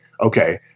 okay